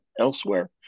elsewhere